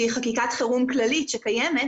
שהיא חקיקת חירום כללית שקיימת,